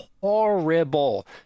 horrible